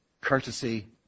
courtesy